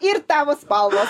ir tavo spalvos